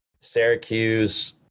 Syracuse